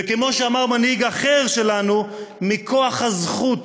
וכמו שאמר מנהיג אחר שלנו, בכוח הזכות